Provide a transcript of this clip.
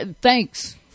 thanks